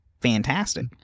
fantastic